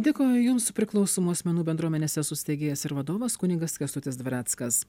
dėkoju jums priklausomų asmenų bendruomenės esu steigėjas ir vadovas kunigas kęstutis dvareckas